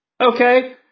okay